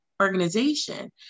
Organization